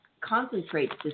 concentrates